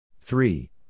three